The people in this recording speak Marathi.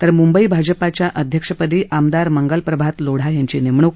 म्ंबई भाजपाच्या अध्यक्षपदी आमदार मंगलप्रभात लोढा यांची नेमणूक